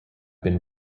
been